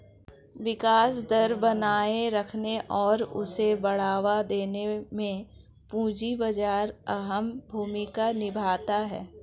विकास दर बनाये रखने और उसे बढ़ावा देने में पूंजी बाजार अहम भूमिका निभाता है